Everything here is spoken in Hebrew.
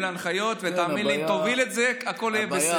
להלן: 1. סמכות שר הפנים לפי סעיף 6א לחוק התכנון והבנייה,